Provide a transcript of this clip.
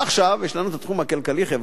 ועכשיו יש לנו התחום הכלכלי-החברתי,